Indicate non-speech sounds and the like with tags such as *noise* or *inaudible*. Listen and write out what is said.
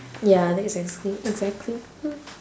ya that's exact~ exactly *noise*